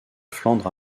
flandre